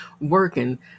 working